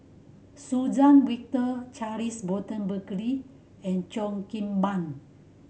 Suzann Victor Charles Burton Buckley and Cheo Kim Ban